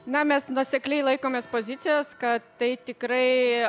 na mes nuosekliai laikomės pozicijos kad tai tikrai